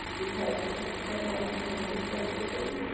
because technology changes so quickly,